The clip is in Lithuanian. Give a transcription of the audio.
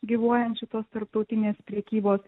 gyvuojančių tos tarptautinės prekybos